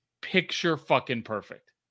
picture-fucking-perfect